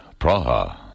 Praha. (